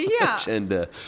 agenda